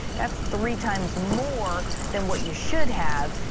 that's three times more than what you should have,